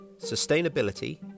Sustainability